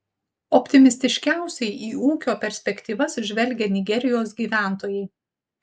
optimistiškiausiai į ūkio perspektyvas žvelgia nigerijos gyventojai